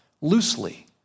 loosely